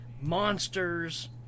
monsters